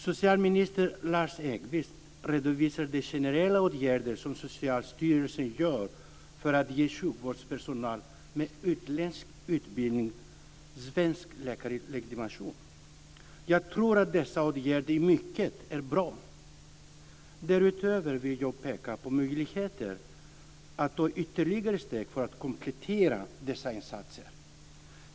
Socialminister Lars Engqvist redovisar de generella åtgärder som Socialstyrelsen vidtar för att ge sjukvårdspersonal med utländsk utbildning svensk läkarlegitimation. Jag tror att många av dessa åtgärder är bra. Därutöver vill jag peka på möjligheter att ta ytterligare steg för att komplettera dessa insatser.